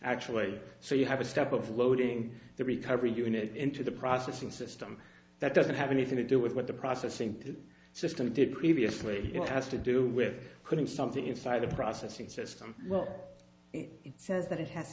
actually so you have a step of loading the recovery unit into the processing system that doesn't have anything to do with what the processing system did previously it has to do with putting something inside the processing system well it says that it has